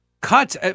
Cuts